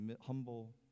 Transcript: humble